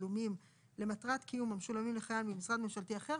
תשלומים למטרת קיום המשולמים לחייל ממשרד ממשלתי אחר,